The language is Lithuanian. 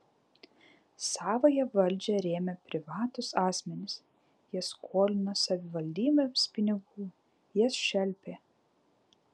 savąją valdžią rėmė privatūs asmenys jie skolino savivaldybėms pinigų jas šelpė